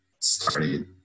started